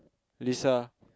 Lisa